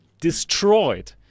destroyed